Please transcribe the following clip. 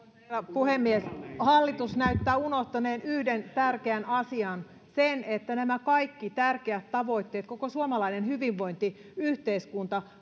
puhemies hallitus näyttää unohtaneen yhden tärkeän asian sen että nämä kaikki tärkeät tavoitteet koko suomalainen hyvinvointiyhteiskunta